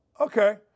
okay